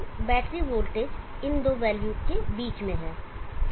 तो battery voltage इन दो वैल्यू के बीच में है